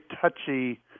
touchy